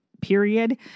period